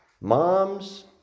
Moms